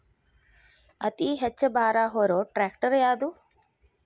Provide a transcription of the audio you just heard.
ಅತಿ ಹೆಚ್ಚ ಭಾರ ಹೊರು ಟ್ರ್ಯಾಕ್ಟರ್ ಯಾದು?